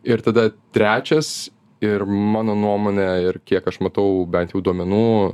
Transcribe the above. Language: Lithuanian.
ir tada trečias ir mano nuomone ir kiek aš matau bent jau duomenų